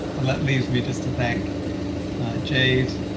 ah that leaves me just to thank jade,